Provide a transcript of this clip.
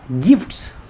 gifts